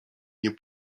nie